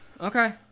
okay